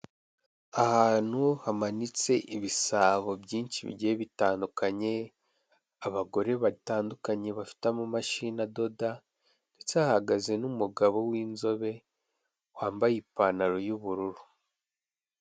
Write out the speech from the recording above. Ahantu hamanitse ibisabo byinshi bigiye bitandukanye, abagore batandukanye, bafite ama mashini adoda ndetse hahagaze n'umugabo winzobe wambaye ipantaro y'ubururu.